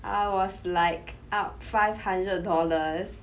then I was like up five hundred dollars